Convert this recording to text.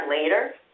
later